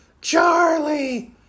Charlie